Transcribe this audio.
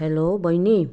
hello बैनी